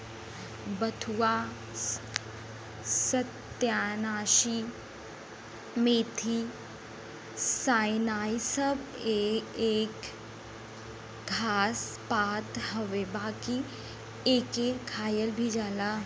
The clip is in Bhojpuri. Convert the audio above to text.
बथुआ, सत्यानाशी, मेथी, सनइ इ सब एक घास पात हउवे बाकि एके खायल भी जाला